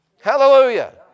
Hallelujah